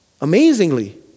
amazingly